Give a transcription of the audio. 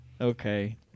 Okay